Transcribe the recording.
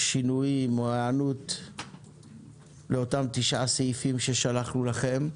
שינויים או היענות לאותם תשעה סעיפים ששלחנו לכם.